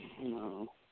No